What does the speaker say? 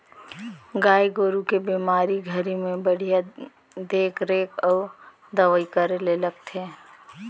गाय गोरु के बेमारी घरी में बड़िहा देख रेख अउ दवई करे ले लगथे